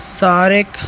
Shahrukh